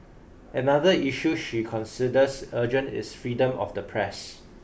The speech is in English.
another issue she considers urgent is freedom of the press